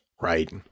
Right